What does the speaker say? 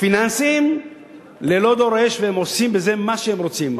הפיננסיים ללא דורש והם עושים בזה מה שהם רוצים?